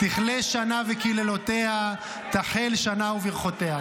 תכלה שנה וקללותיה, תחל שנה וברכותיה.